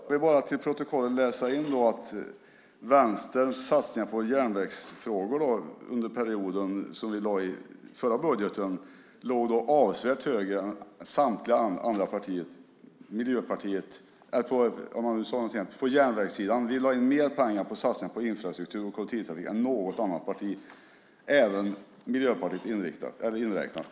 Fru talman! Jag vill bara få in i protokollet att Vänsterns satsningar på järnvägsområdet i den förra budgeten låg avsevärt högre än samtliga andra partiers. Vi lade in mer pengar på satsningar på infrastruktur än något annat parti, även Miljöpartiet inräknat.